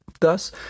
Thus